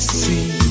see